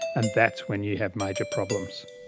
and that's when you have major problems.